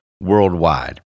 worldwide